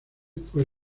fue